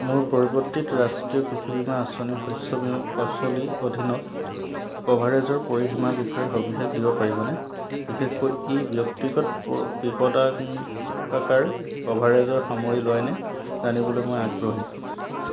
মোৰ পৰিৱৰ্তিত ৰাষ্ট্ৰীয় কৃষি বীমা আঁচনি শস্য বীমা পলিচীৰ অধীনত কভাৰেজৰ পৰিসীমাৰ বিষয়ে সবিশেষ দিব পাৰিবনে বিশেষকৈ ই ব্যক্তিগত প বিপদশংকাৰ কভাৰেজ সামৰি লয় নেকি জানিবলৈ মই আগ্ৰহী